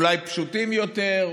אולי פשוטים יותר,